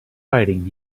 fighting